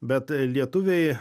bet lietuviai